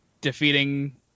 defeating